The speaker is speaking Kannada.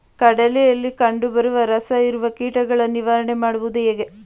ಕಡಲೆಯಲ್ಲಿ ಕಂಡುಬರುವ ರಸಹೀರುವ ಕೀಟಗಳ ನಿವಾರಣೆ ಮಾಡುವುದು ಹೇಗೆ?